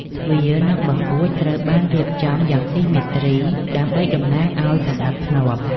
ទ្វារ និង បង្អួច ត្រូវបានរៀបចំយ៉ាងស៊ីមេទ្រី ដើម្បីតំណាងឱ្យសណ្តាប់ធ្នាប់។